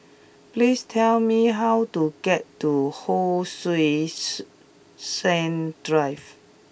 please tell me how to get to Hon Sui Sen Drive